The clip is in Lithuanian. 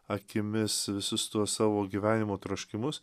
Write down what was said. akimis visus tuos savo gyvenimo troškimus